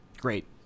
Great